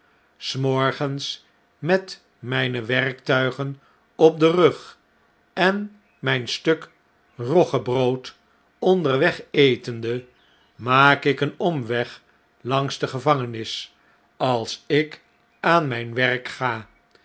s morgens met mijne werktuigen op den rug en mjjn stuk roggebrood onderweg etende maak ik een omweg langs de gevangenis als ik aan mijn werk ga